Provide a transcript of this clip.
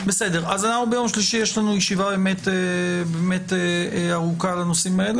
ביום שלישי יש לנו ישיבה ארוכה בנושאים האלה